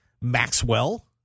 Maxwell